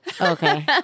Okay